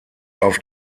auf